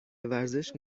ورزش